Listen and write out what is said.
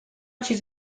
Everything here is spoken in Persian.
چیز